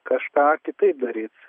kažką kitaip daryt